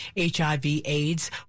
HIV-AIDS